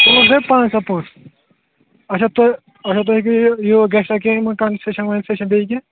پَنٛژاہ پونٛسہٕ اچھا تہٕ اچھا تۄہہِ گٔیے یہِ یہِ گژھیٛا کینٛہہ یِمَن کَنسیشَن وَنسیشَن بیٚیہِ کینٛہہ